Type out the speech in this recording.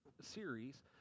series